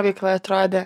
veikla atrodė